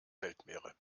weltmeere